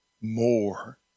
more